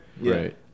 Right